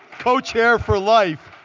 co-chair for life.